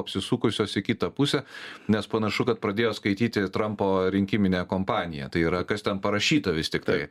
apsisukusios į kitą pusę nes panašu kad pradėjo skaityti trampo rinkiminę kompaniją tai yra kas ten parašyta vis tiktai